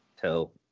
tell